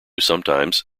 sometimes